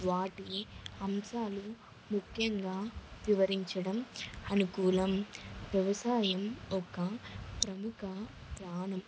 వాటి అంశాలు ముఖ్యంగా వివరించడం అనుకూలం వ్యవసాయం ఒక ప్రముఖ ప్రాణం